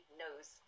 knows